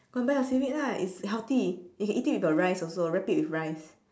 go and buy your seaweed lah it's healthy you can eat it with your rice also wrap it with rice